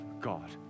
God